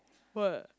what